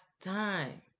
time